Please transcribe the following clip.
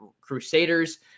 Crusaders